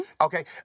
okay